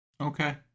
Okay